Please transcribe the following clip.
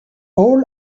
all